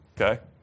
Okay